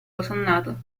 osannato